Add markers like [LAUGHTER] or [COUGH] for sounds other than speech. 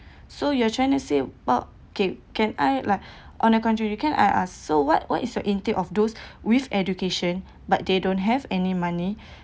[BREATH] so you are trying to say about okay can I like [BREATH] on uh contrary can I ask so what what is your intake of those [BREATH] with education [BREATH] but they don't have any money [BREATH]